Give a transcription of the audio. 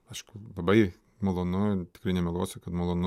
aišku labai malonu tikrai nemeluosiu kad malonu